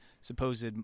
supposed